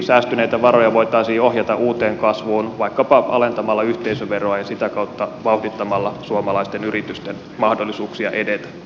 säästyneitä varoja voitaisiin ohjata uuteen kasvuun vaikkapa alentamalla yhteisöveroa ja sitä kautta vauhdittamalla suomalaisten yritysten mahdollisuuksia edetä